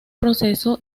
proceso